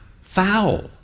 Foul